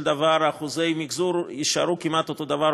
דבר אחוזי המחזור יישארו כמעט אותו הדבר,